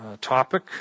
topic